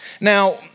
Now